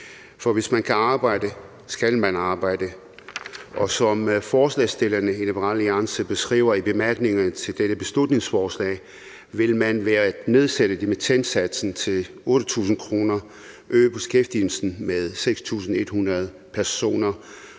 for hvis man kan arbejde, skal man arbejde. Som forslagsstillerne i Liberal Alliance beskriver i bemærkningerne til dette beslutningsforslag, vil man ved at nedsætte dimittendsatsen til 8.000 kr. øge beskæftigelsen med 6.100 personer,